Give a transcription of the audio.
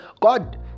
God